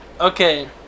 Okay